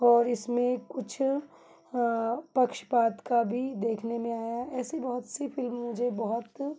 और इसमें कुछ पक्षपात का भी देखने में आया ऐसे बहुत सी फ़िल्म मुझे बहुत